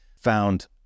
found